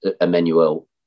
Emmanuel